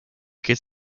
gets